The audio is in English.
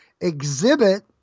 exhibit